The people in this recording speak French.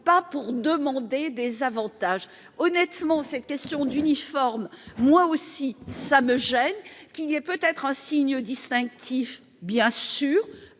pas pour demander des avantages honnêtement cette question d'uniforme. Moi aussi ça me gêne qui est peut être un signe distinctif bien sûr